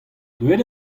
deuet